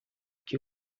que